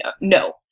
no